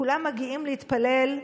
כולם מגיעים להתפלל,